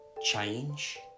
change